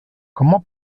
como